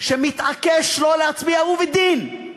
שמתעקש לא להצביע, ובדין,